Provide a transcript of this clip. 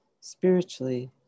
spiritually